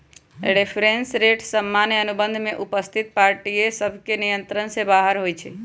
reference rate सामान्य अनुबंध में उपस्थित पार्टिय सभके नियंत्रण से बाहर होइ छइ